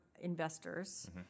investors